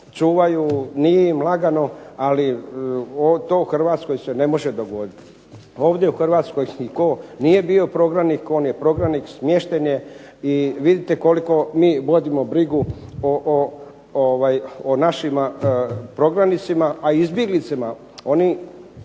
čuvaju. Nije im lagano, ali to se u HRvatskoj ne može dogoditi. Ovdje u HRvatskoj tko nije bio prognanik on je prognanik, smješten je i vidite koliko mi vodimo brigu o našim prognanicima. A o izbjeglicama koji